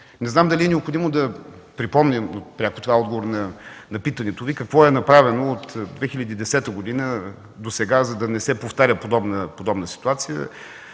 Не знам дали е необходимо да припомням – това е отговор на питането Ви – какво е направено от 2010 г. досега, за да не се повтаря подобна ситуация?